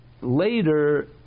later